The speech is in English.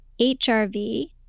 HRV